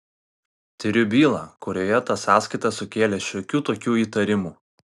tiriu bylą kurioje ta sąskaita sukėlė šiokių tokių įtarimų